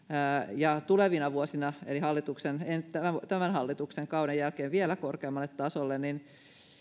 ja tulevina vuosina eli tämän hallituksen kauden jälkeen vielä korkeammalle tasolle niin